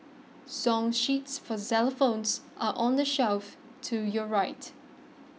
song sheets for xylophones are on the shelf to your right